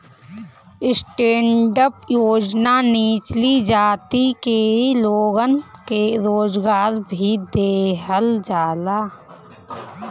stand up योजना निचली जाति के लोगन के रोजगार भी देहल जाला